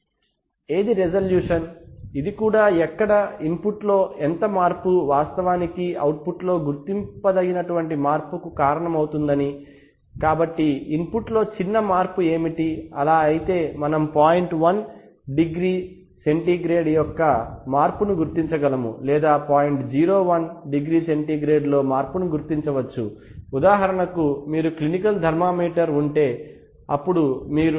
ఏది రిజల్యూషన్ ఇది కూడా ఎక్కడ ఇన్పుట్లో ఎంత మార్పు వాస్తవానికి అవుట్పుట్లో గుర్తించదగిన మార్పుకు కారణమవుతుందని కాబట్టి ఇన్పుట్లో చిన్న మార్పు ఏమిటి అలా అయితే మనం పాయింట్ వన్ డిగ్రీ సెంటీగ్రేడ్ యొక్క మార్పును గుర్తించగలము లేదా పాయింట్ జీరో వన్ డిగ్రీ సెంటీగ్రేడ్లో మార్పును గుర్తించవచ్చు ఉదాహరణకు మీకు క్లినికల్ థర్మామీటర్ ఉంటే అప్పుడు మీరు